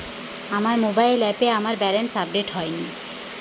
আমার মোবাইল অ্যাপে আমার ব্যালেন্স আপডেট হয়নি